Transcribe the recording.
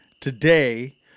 Today